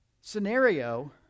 scenario